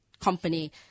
company